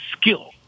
skill